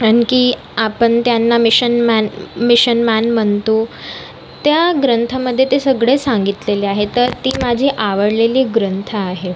आणखी आपन त्यांना मिशन मॅन मिशन मॅन म्हणतो त्या ग्रंथामध्ये ते सगळे सांगितलेले आहे तर ती माझी आवडलेली ग्रंथ आहे